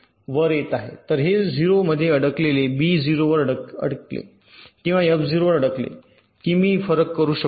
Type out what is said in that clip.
तर हे ० मध्ये ए अडकले बी ० वर अडकले किंवा एफ ० वर अडकले की मी फरक करू शकतो